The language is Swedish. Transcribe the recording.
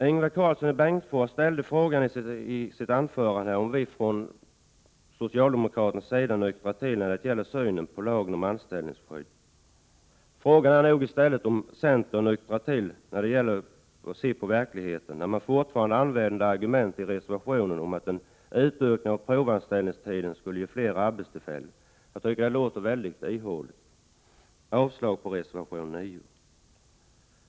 Ingvar Karlsson i Bengtsfors ställde frågan om vi från socialdemokratisk sida nyktrat till när det gäller synen på lagen om anställningsskydd. Frågan är nog i stället om centern har nyktrat till när det gäller att se på verkligheten, när man fortfarande använder argumentet att en utökning av provanställningstiden skulle ge fler arbetstillfällen. Jag tycker det låter ihåligt. Jag yrkar avslag på reservation 9!